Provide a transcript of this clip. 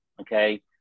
Okay